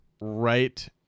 right